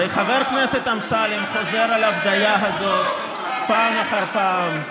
הרי חבר הכנסת אמסלם חוזר על הבדיה הזאת פעם אחר פעם.